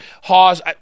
Hawes